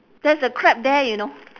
there's a crab there you know